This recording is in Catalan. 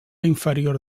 inferior